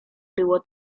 było